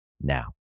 now